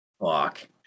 Fuck